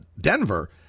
Denver